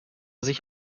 sich